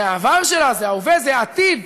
זה העבר שלה, זה ההווה, זה העתיד,